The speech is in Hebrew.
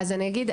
אז אני אגיד,